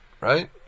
right